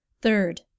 Third